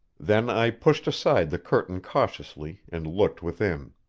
then i pushed aside the curtain cautiously, and looked within.